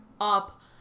up